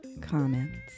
comments